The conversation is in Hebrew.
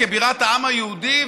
כבירת העם היהודי,